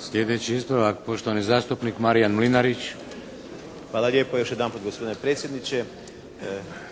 Sljedeći ispravak, poštovani zastupnik Marijan Mlinarić. **Mlinarić, Marijan (HDZ)** Hvala lijepo još jedanput gospodine predsjedniče.